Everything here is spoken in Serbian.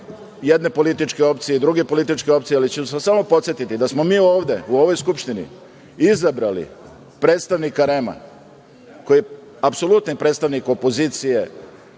jedne političke opcije, druge političke opcije, ali ću vas samo podsetiti da smo mi ovde u ovoj Skupštini izabrali predstavnika REM-a koji je apsolutni predstavnik opozicije,